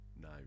no